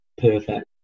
perfect